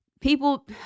people